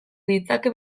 ditzake